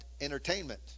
entertainment